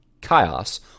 chaos